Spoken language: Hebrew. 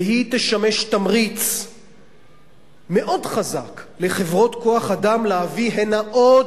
והיא תשמש תמריץ מאוד חזק לחברות כוח-אדם להביא הנה עוד